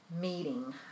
meeting